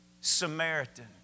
Samaritan